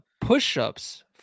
push-ups